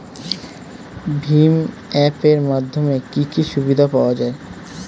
ভিম app এর মাধ্যমে কি কি সুবিধা পাওয়া যায়?